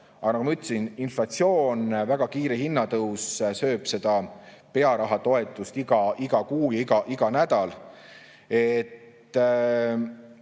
nagu ma ütlesin, inflatsioon, väga kiire hinnatõus sööb seda pearahatoetust iga kuu ja iga nädal.